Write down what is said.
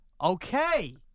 Okay